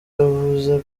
yavuze